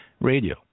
radio